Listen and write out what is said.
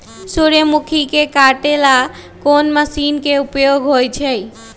सूर्यमुखी के काटे ला कोंन मशीन के उपयोग होई छइ?